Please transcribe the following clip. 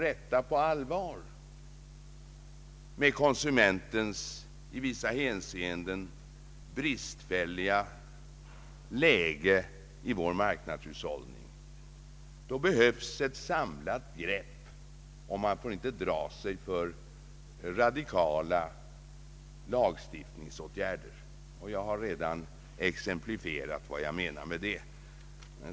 För att på allvar komma till rätta med konsumentens i vissa hänseenden bristfälliga läge i vår marknadshushållning behövs ett samlat grepp, och man får inte dra sig för radikala lagstiftningsåtgärder. Jag har redan exemplifierat vad jag menar härmed.